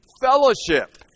fellowship